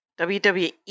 WWE